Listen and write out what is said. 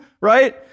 right